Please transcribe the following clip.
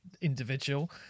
individual